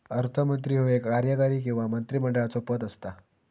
अर्थमंत्री ह्यो एक कार्यकारी किंवा मंत्रिमंडळाचो पद असता